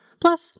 plus